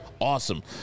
awesome